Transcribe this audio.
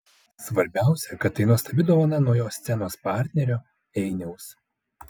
svarbiausia kad tai nuostabi dovana nuo jo scenos partnerio einiaus